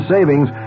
Savings